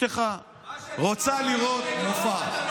אשתך רוצה לראות מופע,